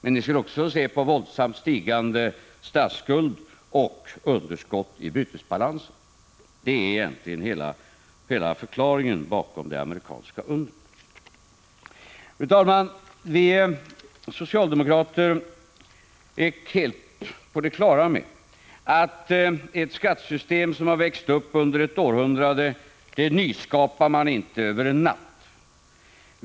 Men ni skulle också få se på våldsamt stigande statsskuld och underskott i bytesbalansen. Det är egentligen hela förklaringen bakom det amerikanska undret. Fru talman! Vi socialdemokrater är helt på det klara med att man inte över en natt nyskapar ett skattesystem som har växt upp under ett århundrade.